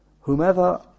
Whomever